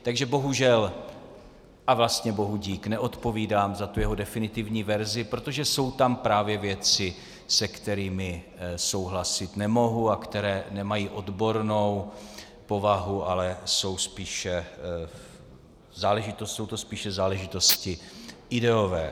Takže bohužel a vlastně bohudík neodpovídám za jeho definitivní verzi, protože jsou tam právě věci, se kterými souhlasit nemohu a které nemají odbornou povahu, ale jsou to spíše záležitosti ideové.